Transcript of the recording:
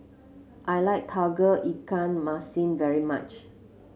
I like Tauge Ikan Masin very much